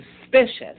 suspicious